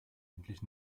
endlich